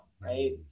right